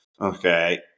okay